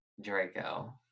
Draco